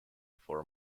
for